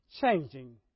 changing